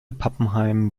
pappenheim